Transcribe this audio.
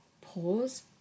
pause